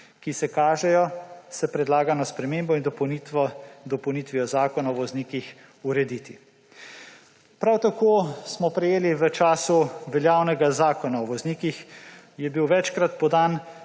ki jih kaže s predlagano spremembo in dopolnitvijo Zakona o voznikih urediti. Prav tako je bil v času veljavnega zakona voznikih večkrat podan